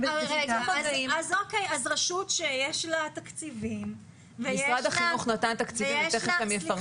רשות שיש לה תקציבים --- משרד החינוך נתן תקציבים ותכף הם יפרטו.